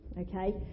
okay